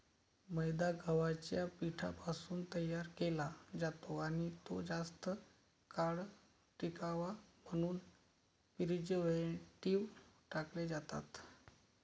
मैदा गव्हाच्या पिठापासून तयार केला जातो आणि तो जास्त काळ टिकावा म्हणून प्रिझर्व्हेटिव्ह टाकले जातात